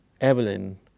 Evelyn